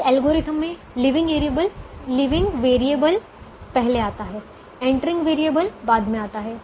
इस एल्गोरिथ्म में leaving variable पहले आता है एंट्रीग वैरिएबल बाद में आता है